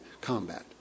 combat